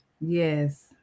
Yes